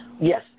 yes